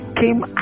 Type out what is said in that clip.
came